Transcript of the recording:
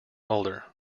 older